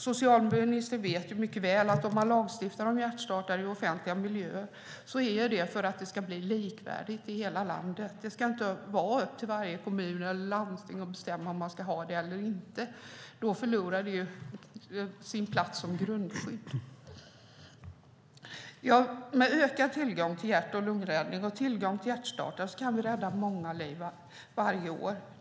Socialministern vet mycket väl att om man lagstiftar om hjärtstartare i offentliga miljöer handlar det om att det ska bli likvärdigt i hela landet. Det ska inte vara upp till varje kommun eller landsting att bestämma om det ska finnas hjärtstartare eller inte. Då förlorar de sin plats som grundskydd. Med ökad tillgång till hjärt-lungräddning och tillgång till hjärtstartare kan vi rädda många liv varje år.